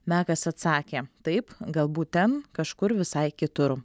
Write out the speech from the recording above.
mekas atsakė taip galbūt ten kažkur visai kitur